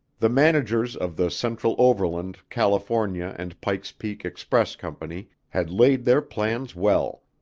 the managers of the central overland, california and pike's peak express company had laid their plans well.